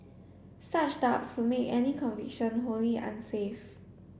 such doubts would make any conviction wholly unsafe